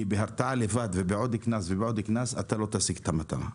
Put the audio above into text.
בהרתעה לבד ובעוד קנס ובעוד קנס אתה לא תשיג את המטרה.